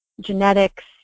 genetics